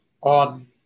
on